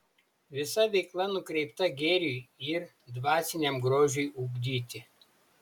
visa veikla nukreipta gėriui ir dvasiniam grožiui ugdyti